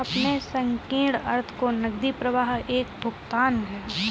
अपने संकीर्ण अर्थ में नकदी प्रवाह एक भुगतान है